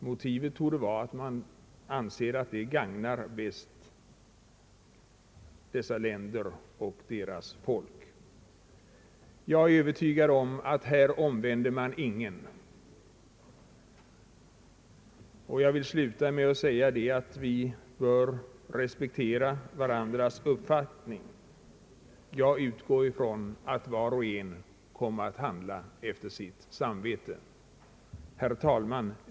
Motivet torde vara att man anser att förbudet bäst gagnar land och folk. Jag är övertygad om att här i kammaren omvänder man ingen, och jag vill därför sluta med att säga att vi bör respektera varandras uppfattning. Jag utgår från att var och en kommer att handla efter sitt samvete. Herr talman!